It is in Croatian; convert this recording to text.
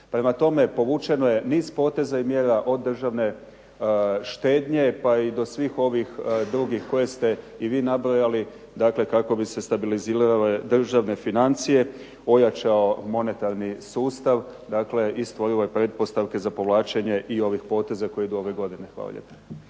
Prema tome, povućeno je niz poteza i mjera od državne štednje, pa i do svih ovih drugih koje ste i vi nabrojali, dakle kako bi se stabilizirale državne financije, ojačao monetarni sustav, dakle i stvorile pretpostavke za povlačenje i onih poteza koji idu ove godine. Hvala lijepa.